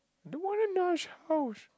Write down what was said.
don't want a nice house